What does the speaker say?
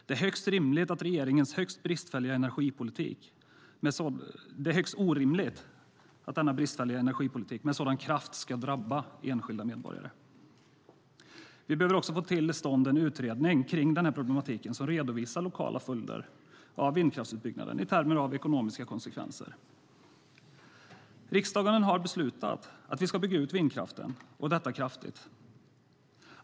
Det är högst orimligt att regeringens högst bristfälliga energipolitik med sådan kraft ska drabba enskilda medborgare. Vi behöver också få till stånd en utredning kring den här problematiken som redovisar lokala följder av vindkraftsutbyggnaden i termer av ekonomiska konsekvenser. Riksdagen har beslutat att vi ska bygga ut vindkraften, och detta kraftigt.